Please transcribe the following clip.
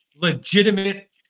legitimate